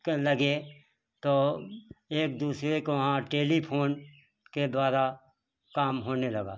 क लगे तो एक दूसरे को वहां टेलीफोन के द्वारा काम होने लगा